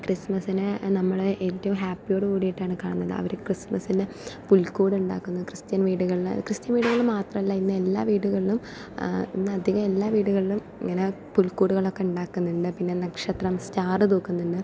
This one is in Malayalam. ക്രിസ്മസിന് നമ്മള് ഏറ്റവും ഹാപ്പിയോടുകൂടീട്ടാണ് കാണുന്നത് അവര് ക്രിസ്മസിന് പുൽകൂടുണ്ടാക്കുന്ന് ക്രിസ്ത്യൻ വീടുകളില് ക്രിസ്ത്യൻ വീടുകളില് മാത്രല്ല ഇന്നെല്ലാവീടുകളിലും ഇന്നധികം എല്ലാവീടുകളിലും ഇങ്ങനെ പുൽകൂടുകളക്കെണ്ടാക്കുന്നുണ്ട് പിന്നെ നക്ഷത്രം സ്റ്റാർ തൂക്കുന്നുണ്ട്